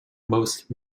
most